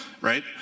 right